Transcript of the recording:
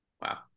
Wow